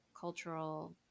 cultural